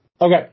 okay